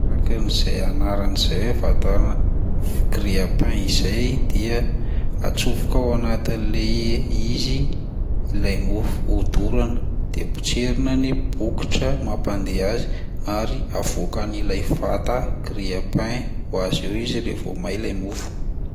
Arakin'izay anarany izay vatana f- grille-pain izay dia atsofoka ao anatin'le izy ilay mofo hodorana de potserina ny bokotra mampandeha azy ary avoakan'ilay vata grille-pain ho azy eo izy raha vao may ilay mofo.